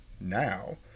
now